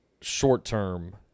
short-term